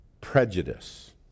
prejudice